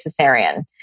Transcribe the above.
cesarean